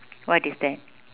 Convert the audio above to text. what is that